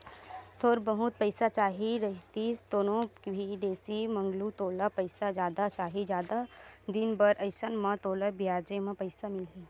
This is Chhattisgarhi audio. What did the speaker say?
थोर बहुत पइसा चाही रहितिस कोनो भी देतिस मंगलू तोला पइसा जादा चाही, जादा दिन बर अइसन म तोला बियाजे म पइसा मिलही